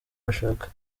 bashaka